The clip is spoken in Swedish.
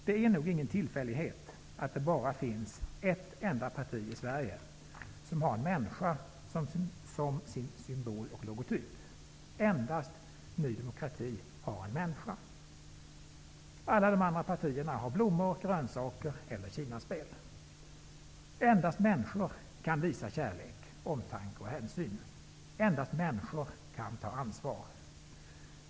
Det är nog ingen tillfällighet att det bara finns ett enda parti i Sverige som har en människa som sin symbol och logotyp. Endast Ny demokrati har en människa. Alla de andra partierna har blommor, grönsaker eller kinaspel. Endast människor kan visa kärlek, omtanke och hänsyn. Endast människor kan ta ansvar.